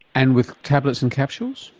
and with tablets and capsules?